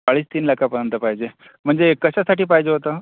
अडीच तीन लाखापर्यंत पाहिजे म्हणजे कशासाठी पाहिजे होतं